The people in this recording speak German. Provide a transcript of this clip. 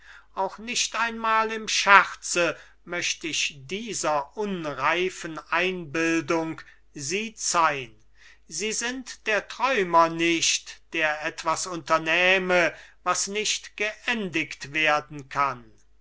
auch nicht einmal im scherze möcht ich dieser unreifen einbildung sie zeihn sie sind der träumer nicht der etwas unternähme was nicht geendigt werden kann